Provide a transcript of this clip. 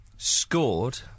...scored